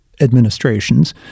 administrations